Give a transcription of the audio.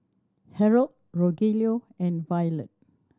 Harold Rogelio and Violette